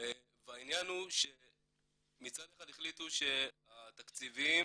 מצד אחד החליטו שהתקציבים